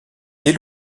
dès